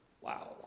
wow